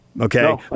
Okay